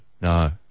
No